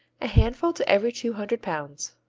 a handful to every two hundred pounds.